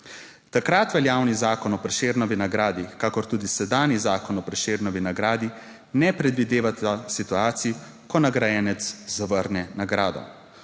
Takrat veljavni Zakon o Prešernovi nagradi kakor tudi sedanji Zakon o Prešernovi nagradi ne predvideva situacij, ko nagrajenec zavrne nagrado.